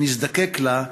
נזדקק לה.